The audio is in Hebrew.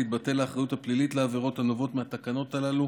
תתבטל האחריות הפלילית לעבירות הנובעות מהתקנות הללו,